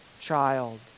child